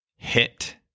Hit